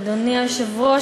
אדוני היושב-ראש,